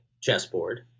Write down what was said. chessboard